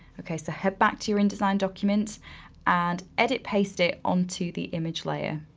okay so head back to your indesign document and edit paste it onto the image layer.